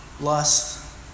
lust